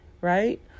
right